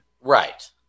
Right